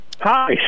Hi